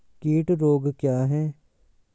कीट रोग क्या है?